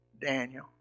Daniel